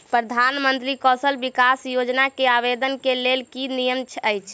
प्रधानमंत्री कौशल विकास योजना केँ आवेदन केँ लेल की नियम अछि?